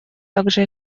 также